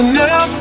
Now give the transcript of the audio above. now